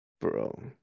Bro